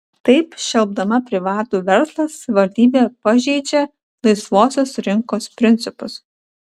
taip šelpdama privatų verslą savivaldybė pažeidžia laisvosios rinkos principus